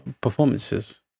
performances